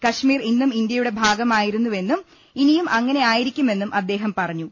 കശ്മീർ എന്നും ഇന്ത്യയുടെ ഭാഗമായിരുന്നുവെന്നും ഇനിയും അങ്ങനെയായിരിക്കു മെന്നും അദ്ദേഹം പറഞ്ഞു